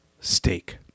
steak